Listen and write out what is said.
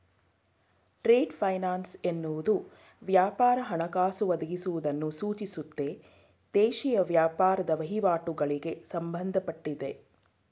trade finance ಎನ್ನುವುದು ವ್ಯಾಪಾರ ಹಣಕಾಸು ಒದಗಿಸುವುದನ್ನು ಸೂಚಿಸುತ್ತೆ ದೇಶೀಯ ವ್ಯಾಪಾರದ ವಹಿವಾಟುಗಳಿಗೆ ಸಂಬಂಧಪಟ್ಟಿದೆ